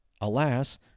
alas